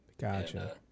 Gotcha